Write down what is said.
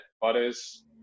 Butters